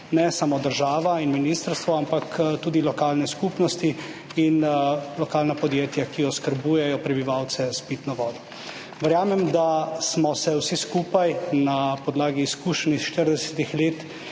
ne samo država in ministrstvo, ampak tudi lokalne skupnosti in lokalna podjetja, ki oskrbujejo prebivalce s pitno vodo. Verjamem, da smo se vsi skupaj na podlagi izkušenj iz 40 let